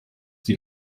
die